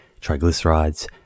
triglycerides